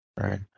right